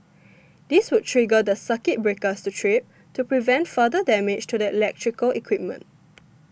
this would trigger the circuit breakers to trip to prevent further damage to the electrical equipment